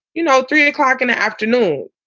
you know, three o'clock in the afternoon.